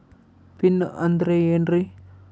Pin ಅಂದ್ರೆ ಏನ್ರಿ?